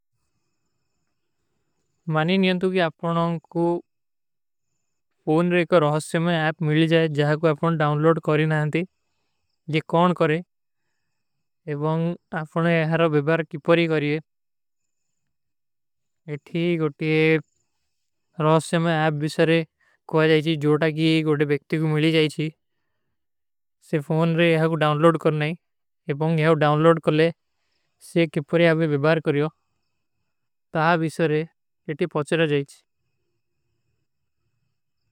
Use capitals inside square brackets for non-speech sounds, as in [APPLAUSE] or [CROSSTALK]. ମାନିନ ଯଂତୁ କି ଆପକୋ [HESITATION] ପୋନରେ କା ରହସ୍ଯମା ଆପ ମିଲ ଜାଏ, ଜାଏକୋ ଆପକୋ ଡାଉନଲୋଡ କରେଂ ଆଯାଂ ଥେ, ଜେ କୌନ କରେଂ, ଏବଂଗ ଆପନେ ଯହାରା ଵିଵାର କିପରୀ କରେଂ। ଯହାରା ଵିଵାର କିପରୀ ଆପନେ ଵିଵାର କରେଂ, ତୋ ଯହାରା ଵିଵାର ମିଲ ଜାଏଁ।